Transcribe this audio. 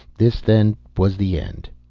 this, then, was the end.